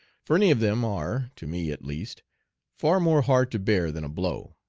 for any of them are to me at least far more hard to bear than a blow.